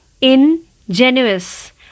Ingenuous